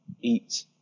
eat